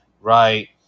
right